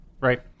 Right